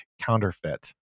counterfeit